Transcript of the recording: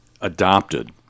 adopted